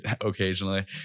occasionally